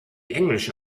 englische